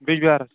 بیٚجبِہارا